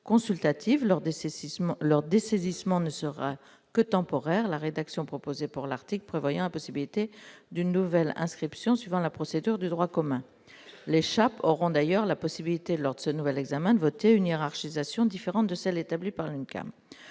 ses 6 mois leur dessaisissement ne sera que temporaire, la rédaction proposée pour l'article prévoyant impossibilité d'une nouvelle inscription suivant la procédure de droit commun, l'échappée auront d'ailleurs la possibilité lors de ce nouvel examen de voter une hiérarchisation différente de celle établie par une